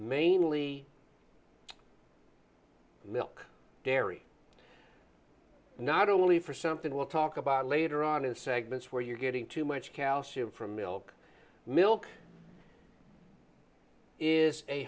mainly milk dairy not only for something we'll talk about later on in segments where you're getting too much calcium from milk milk is a